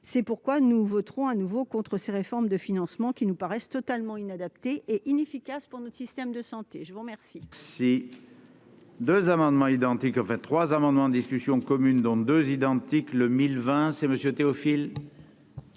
C'est pourquoi nous voterons de nouveau contre ces réformes de financement, qui nous paraissent totalement inadaptées et inefficaces pour notre système de santé. Je suis saisi